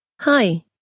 Hi